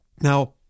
Now